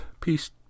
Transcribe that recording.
Peace